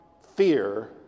fear